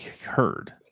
heard